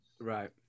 right